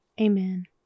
amen